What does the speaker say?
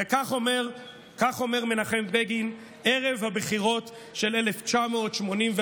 וכך אומר מנחם בגין ערב הבחירות של 1981: